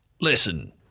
Listen